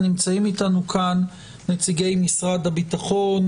נמצאים איתנו כאן נציגי משרד הביטחון,